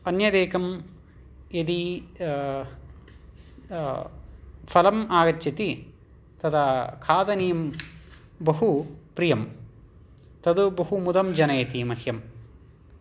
अन्यदेकं यदि फलम् आगच्छति तदा खादनीयम् बहु प्रियम् तद् बहु मुदं जनयति मह्यम्